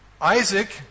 Isaac